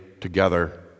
together